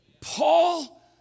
Paul